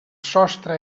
sostre